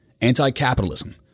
anti-capitalism